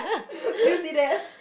did you see that